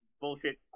bullshit